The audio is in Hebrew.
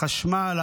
החשמל?